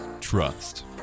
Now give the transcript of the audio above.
trust